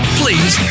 please